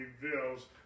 reveals